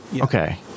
Okay